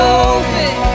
open